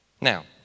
Now